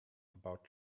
about